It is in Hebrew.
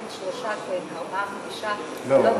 כן, שלושה, כן, ארבעה-חמישה, לא בטוח.